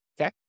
Okay